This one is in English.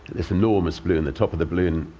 this enormous balloon the top of the balloon